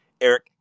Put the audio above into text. Eric